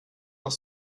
noch